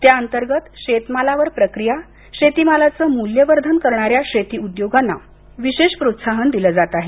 त्याअंतर्गत शेतमालावर प्रक्रिया शेतीमालाचं मूल्यवर्धन करणाऱ्या शेती उद्योगांना विशेष प्रोत्साहन दिलं जात आहे